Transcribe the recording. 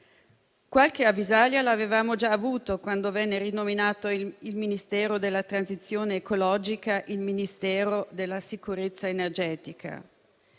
Qualche avvisaglia l'avevamo già avuta quando venne rinominato il Ministero della transizione ecologica in Ministero della sicurezza energetica.